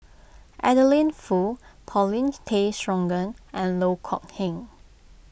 Adeline Foo Paulin Tay Straughan and Loh Kok Heng